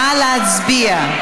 נא להצביע.